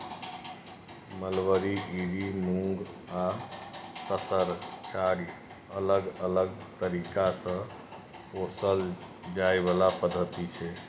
mulberry, इरी, मुँगा आ तसर चारि अलग अलग तरीका सँ पोसल जाइ बला पद्धति छै